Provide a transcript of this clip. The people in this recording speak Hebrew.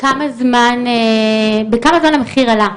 בכמה המחיר עלה?